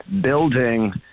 building